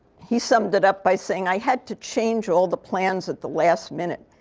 he summed it up by saying, i had to change all the plans at the last minute.